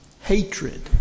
Hatred